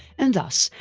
and thus,